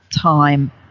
time